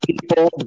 People